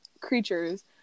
creatures